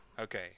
Okay